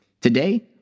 Today